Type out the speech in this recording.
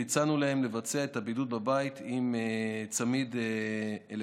והצענו להם לבצע את הבידוד בבית עם צמיד אלקטרוני.